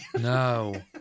No